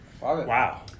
Wow